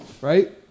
Right